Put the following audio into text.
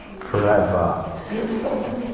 Forever